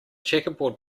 checkerboard